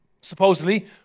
supposedly